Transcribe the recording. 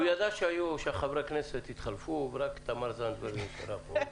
כי הוא ידע שחברי הכנסת התחלפו ורק תמר זנדברג נשארה פה.